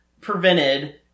prevented